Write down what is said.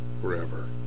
forever